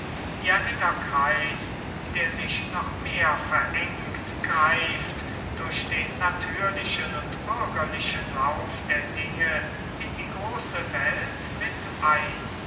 ihr enger kreis der sich noch mehr verengt greift durch den natürlichen und bürgerlichen lauf der dinge in die große welt mit ein